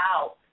out